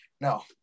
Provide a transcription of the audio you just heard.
no